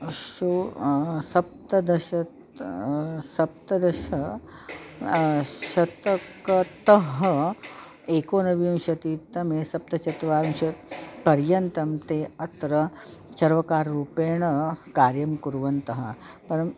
अस्सु सप्तदश तः सप्तदश शतकतः एकोनविंशतितमे सप्तचत्वारिंशत् पर्यन्तं ते अत्र सर्वकाररूपेण कार्यं कुर्वन्तः परम्